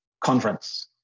Conference